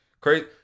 crazy